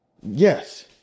Yes